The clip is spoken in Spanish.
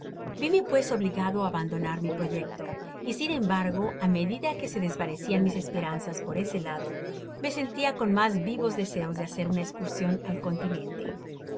vime pues obligado á abandonar mi proyecto y sin embargo á medida que se desvanecian mis esperanzas por ese lado me sentia con mas vivos deseos de hacer una escursion al continente